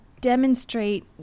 demonstrate